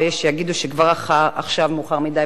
ויש שיגידו שכבר עכשיו מאוחר מדי.